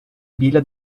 біля